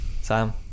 sam